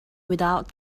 without